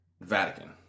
Vatican